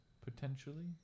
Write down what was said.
potentially